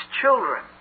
children